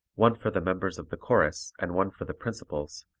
one for the members of the chorus and one for the principals,